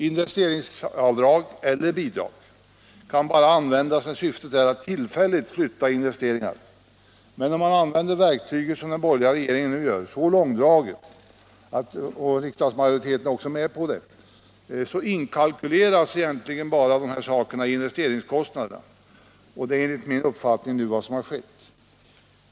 Investeringsavdrag eller bidrag kan bara användas när syftet är att tillfälligt flytta investeringar, men om man använder det verktyget så långdraget som den borgerliga regeringen nu gör — och det sker med riksdagsmajoritetens godkännande — så kommer dessa förmåner bara att inkalkyleras i investeringskostnaden, och det är enligt min uppfattning vad som nu har skett.